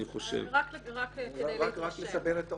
רק לסבר את האוזן: